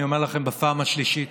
אני אומר לכם בפעם השלישית: